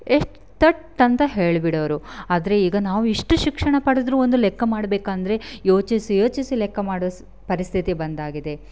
ಎಷ್ಟು ಥಟ್ ಅಂತ ಹೇಳಿಬಿಡೋರು ಆದರೆ ಈಗ ನಾವು ಇಷ್ಟು ಶಿಕ್ಷಣ ಪಡೆದ್ರೂ ಒಂದು ಲೆಕ್ಕ ಮಾಡಬೇಕಂದ್ರೆ ಯೋಚಿಸಿ ಯೋಚಿಸಿ ಲೆಕ್ಕ ಮಾಡೋ ಪರಿಸ್ಥಿತಿ ಬಂದಾಗಿದೆ